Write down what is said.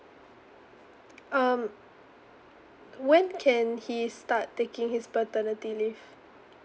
um when can he start taking his paternity leave